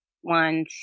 one